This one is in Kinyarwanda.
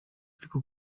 ariko